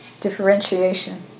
differentiation